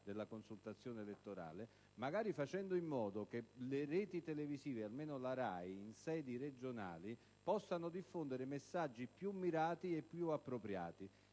della consultazione elettorale, magari facendo in modo che le reti televisive (almeno la RAI in sede regionale) possano diffondere messaggi più mirati e appropriati